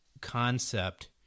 concept